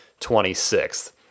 26th